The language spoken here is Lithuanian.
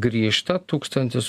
grįžta tūkstantis